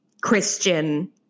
Christian